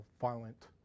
violent